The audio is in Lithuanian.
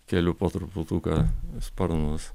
keliu po truputuką sparnus